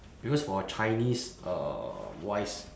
because for a chinese uh wise